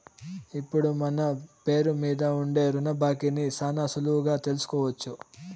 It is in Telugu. ఇప్పుడు మన పేరు మీద ఉండే రుణ బాకీని శానా సులువుగా తెలుసుకోవచ్చు